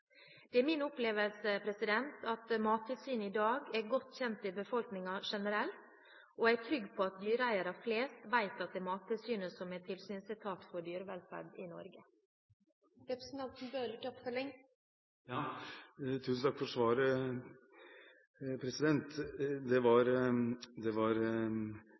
Det er min opplevelse at Mattilsynet i dag er godt kjent i befolkningen generelt, og jeg er trygg på at dyreeiere flest vet at det er Mattilsynet som er tilsynsetat for dyrevelferd i Norge. Tusen takk for svaret. Det var en god begrunnelse for hvordan Mattilsynet arbeider, at de gjør en solid jobb. Det